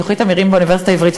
תוכנית "אמירים" באוניברסיטה העברית,